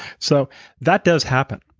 so that does happen.